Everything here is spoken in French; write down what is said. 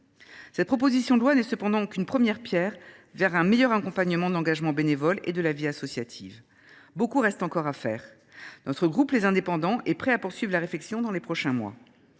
Cette proposition de loi n’est cependant qu’une première pierre pour un meilleur accompagnement de l’engagement bénévole et de la vie associative. Beaucoup reste encore à faire. Le groupe Les Indépendants est prêt à poursuivre la réflexion dans les prochains mois.